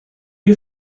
you